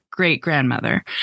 great-grandmother